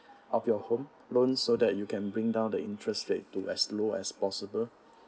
of your home loan so that you can bring down the interest rate to as low as possible